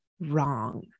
wrong